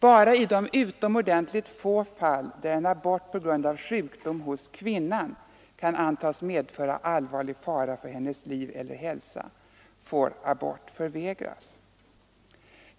Bara i de utomordentligt få fall där en abort på grund av sjukdom hos kvinnan kan antas medföra allvarlig fara för hennes liv eller hälsa får abort förvägras.